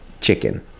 Chicken